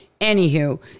anywho